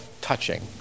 touching